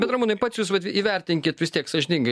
bet ramūnai pats jus vat įvertinkit vis tiek sąžiningai